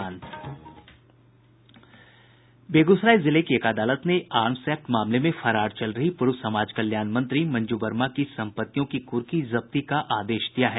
बेगूसराय जिले की एक अदालत ने आर्म्स एक्ट मामले में फरार चल रही पूर्व समाज कल्याण मंत्री मंजू वर्मा की संपत्तियों की कुर्की जब्ती का आदेश दिया है